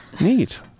neat